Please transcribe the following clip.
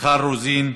מיכל רוזין,